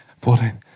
fourteen